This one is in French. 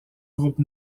groupe